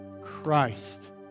Christ